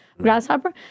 Grasshopper